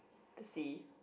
to see